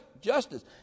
justice